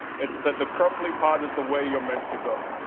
it's that the crumbly part is the way you're meant to go.